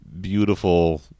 beautiful